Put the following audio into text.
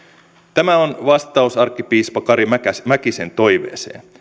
tämä on vastaus arkkipiispa kari mäkisen mäkisen toiveeseen